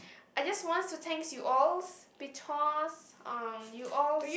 I just wants to thanks you alls because uh you alls